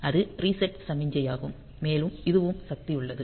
அது ரீசெட் சமிக்ஞையாகும் மேலும் இதுவும் சக்தி உள்ளது